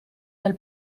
del